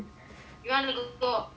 you want to go on aircon